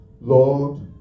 Lord